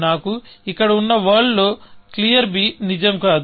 నాకు ఇక్కడ ఉన్న వరల్డ్ లో క్లియర్ నిజం కాదు